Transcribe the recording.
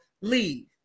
leave